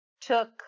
took